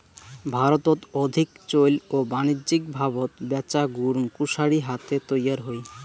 ভারতত অধিক চৈল ও বাণিজ্যিকভাবত ব্যাচা গুড় কুশারি হাতে তৈয়ার হই